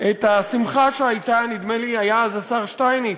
את השמחה שהייתה, נדמה לי, היה אז השר שטייניץ,